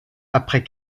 après